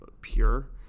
pure